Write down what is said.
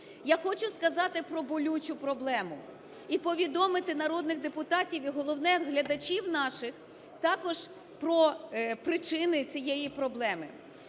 Я хочу сказати про болючу проблему і повідомити народних депутатів, і головне – глядачів наших також про причини цієї проблеми.